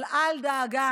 אבל אל דאגה,